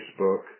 Facebook